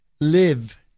live